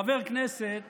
חבר כנסת